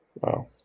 Wow